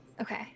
Okay